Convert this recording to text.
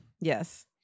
Yes